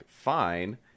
fine